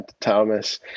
Thomas